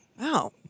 Wow